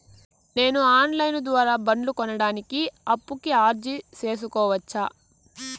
నేను online ద్వారా బండ్లు కొనడానికి అప్పుకి అర్జీ సేసుకోవచ్చా?